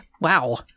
Wow